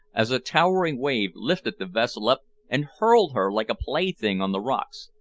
as a towering wave lifted the vessel up and hurled her like a plaything on the rocks.